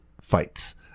fights